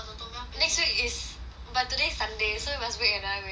next week is but today is sunday so you must wait another week